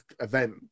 event